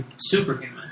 superhuman